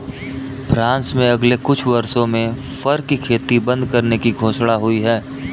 France में अगले कुछ वर्षों में फर की खेती बंद करने की घोषणा हुई है